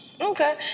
Okay